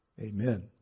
Amen